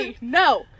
No